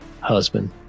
husband